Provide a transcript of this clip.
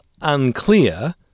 unclear